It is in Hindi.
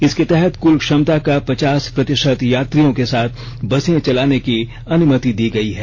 इसके तहत कुल क्षमता का पचास प्रतिशत यात्रियों के साथ बसें चलाने की अनुमति दी गई है